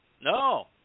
No